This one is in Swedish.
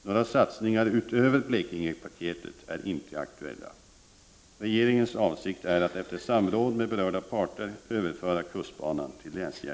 Några satsningar utöver Blekingepakctet är inte aktuella.